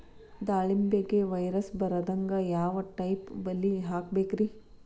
ದಾಳಿಂಬೆಗೆ ವೈರಸ್ ಬರದಂಗ ಯಾವ್ ಟೈಪ್ ಬಲಿ ಹಾಕಬೇಕ್ರಿ?